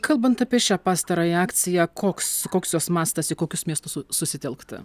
kalbant apie šią pastarąją akciją koks koks jos mastas į kokius miestus su susitelkta